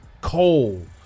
cold